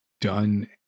done